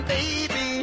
Baby